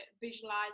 visualize